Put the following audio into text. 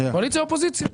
קואליציה אופוזיציה.